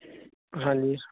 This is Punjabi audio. ਹਾਂਜੀ